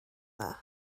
dda